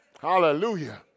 Hallelujah